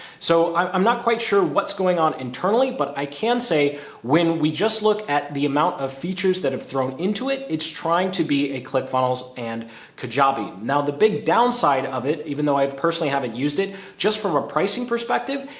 so i'm not quite sure what's going on internally, but i can say when we just look at the amount features that have thrown into it, it's trying to be a click funnels and kajabi. now the big downside of it, even though i personally haven't used it just from a pricing perspective,